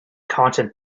content